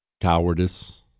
Cowardice